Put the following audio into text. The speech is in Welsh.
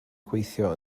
gweithio